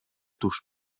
tus